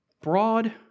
Broad